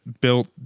built